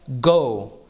Go